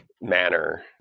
manner